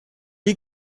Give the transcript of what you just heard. est